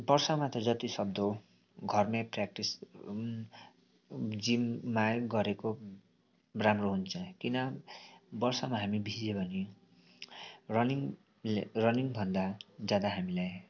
वर्षामा त जति सक्दो घरमै प्रयाक्टिस जिममा गरेको राम्रो हुन्छ किन वर्षामा हामी भिज्यो भने रनिङले रनिङभन्दा ज्यादा हामीलाई